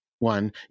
One